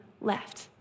left